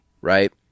right